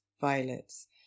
violets